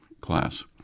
class